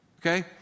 Okay